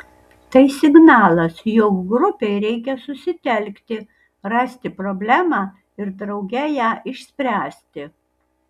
tai signalas jog grupei reikia susitelkti rasti problemą ir drauge ją išspręsti